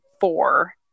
four